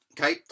Okay